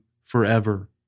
forever